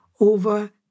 over